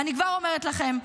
ואני כבר אומרת לכם,